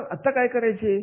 तर मग आता काय करायचे